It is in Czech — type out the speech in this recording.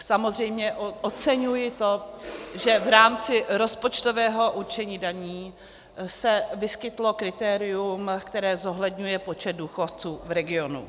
Samozřejmě oceňuji to, že v rámci rozpočtového určení daní se vyskytlo kritérium, které zohledňuje počet důchodců v regionu.